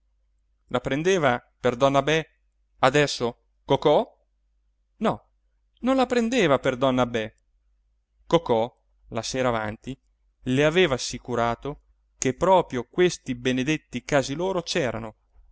la prendeva per donna be adesso cocò no non la prendeva per donna be cocò la sera avanti le aveva assicurato che proprio questi benedetti cari loro